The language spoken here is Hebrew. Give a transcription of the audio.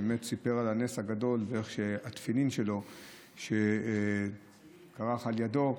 סיפר על הנס הגדול ואיך שהתפילין שלו שכרך על ידו,